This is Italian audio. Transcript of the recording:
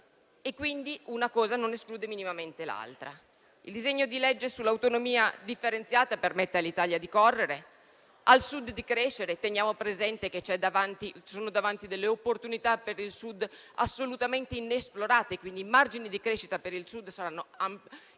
quindi una cosa non esclude minimamente l'altra. Il disegno di legge sull'autonomia differenziata permette all'Italia di correre e al Sud di crescere. Teniamo presente che ci sono opportunità per il Sud assolutamente inesplorate, quindi i margini di crescita per esso saranno infinitamente